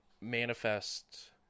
manifest